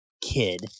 kid